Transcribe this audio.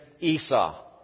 Esau